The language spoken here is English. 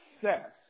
success